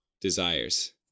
desires